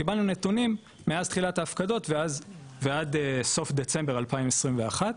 קיבלנו נתונים מאז תחילת ההפקדות ועד סוף דצמבר 2021,